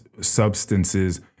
substances